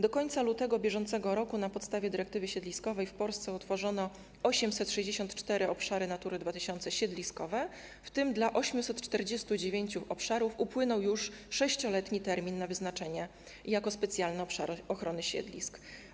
Do końca lutego br. na podstawie dyrektywy siedliskowej w Polsce utworzono 864 obszary Natury 2000 siedliskowe, w tym dla 849 obszarów upłynął już 6-letni termin na wyznaczenie jako specjalne obszary ochrony siedlisk.